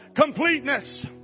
completeness